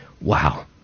Wow